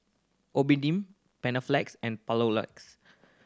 Panaflex and Papulex